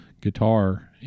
guitar